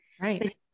Right